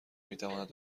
میتواند